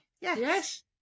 Yes